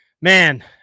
man